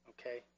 Okay